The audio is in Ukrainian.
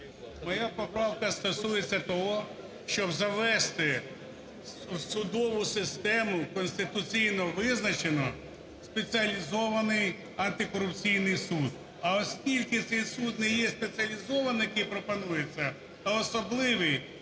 Моя поправка стосується того, щоб завести в судову систему конституційно визначено спеціалізований антикорупційний суд. А оскільки цей суд не є спеціалізований, який пропонується, а особливий,